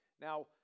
Now